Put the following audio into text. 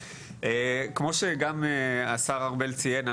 כמו שגם השר ארבל ציין,